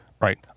right